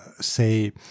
say